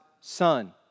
Son